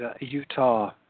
Utah